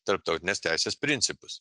tarptautinės teisės principus